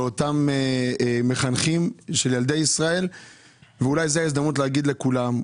לאותם מחנכים של ילדי ישראל ואולי זאת ההזדמנות לומר לכולם.